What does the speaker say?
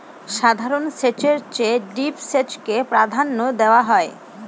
সাধারণ সেচের চেয়ে ড্রিপ সেচকে প্রাধান্য দেওয়া হয়